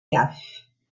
gaffes